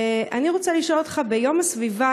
ואני רוצה לשאול אותך: ביום הסביבה,